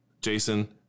Jason